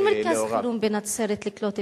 אין מרכז חירום בנצרת כדי לקלוט את הילדים.